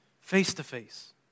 face-to-face